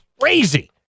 crazy